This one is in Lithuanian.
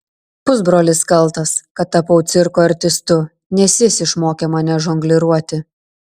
pusbrolis kaltas kad tapau cirko artistu nes jis išmokė mane žongliruoti